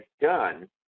done